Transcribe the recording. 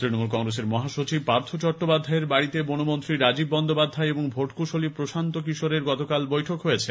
তৃণমূল কংগ্রেসের মহাসচিব পার্থ চট্টোপাধ্যায়ের বাড়িতে বনমন্ত্রী রাজীব বন্দ্যোপাধ্যায় এবং ভোটকুশলী প্রশান্ত কিশোরের গতকাল বৈঠক হয়েছে